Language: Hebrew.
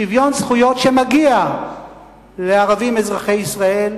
שוויון זכויות שמגיע לערבים אזרחי ישראל,